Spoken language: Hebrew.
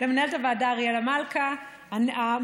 למנהלת הוועדה אריאלה מלכה המדהימה,